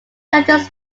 judges